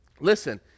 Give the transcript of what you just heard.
Listen